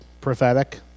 prophetic